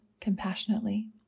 compassionately